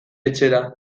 etxera